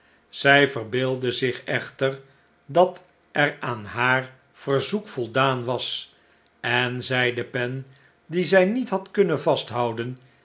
zij verbeeldde zich echter dat er aan haar verzoek voldaan was en zy de pen die zij niet had kunnen vasthouden